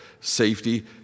Safety